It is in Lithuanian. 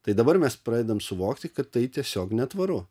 tai dabar mes pradedam suvokti kad tai tiesiog netvaru